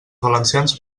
valencians